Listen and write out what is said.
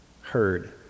heard